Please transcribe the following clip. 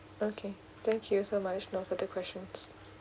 okay thank you so much no further questions